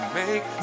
make